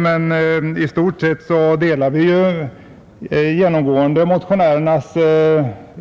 Men i stort sett delar vi motionärernas